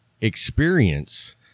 experience